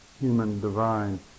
human-divine